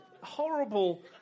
horrible